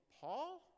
Paul